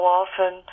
often